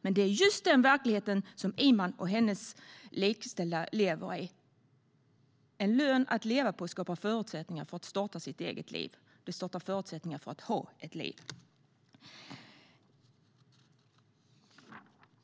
Men det är just den verkligheten som Iman och hennes likställda lever i. En lön att leva på skapar förutsättningar för att starta sitt eget liv. Det skapar förutsättningar för att ha ett liv.